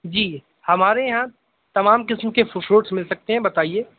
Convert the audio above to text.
جی ہمارے یہاں تمام قسم کے فروٹس مل سکتے ہیں بتائیے